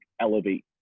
elevate